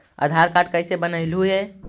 आधार card कईसे बनैलहु हे?